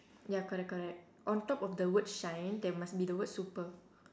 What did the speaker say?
ya correct correct on top of the word shine there must be the word super